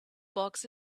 box